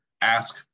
ask